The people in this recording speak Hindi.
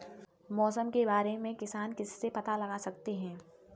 मौसम के बारे में किसान किससे पता लगा सकते हैं?